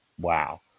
wow